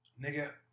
Nigga